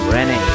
Rennie